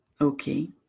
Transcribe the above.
Okay